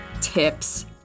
tips